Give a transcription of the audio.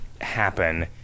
happen